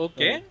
Okay